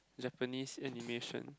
Japanese's animation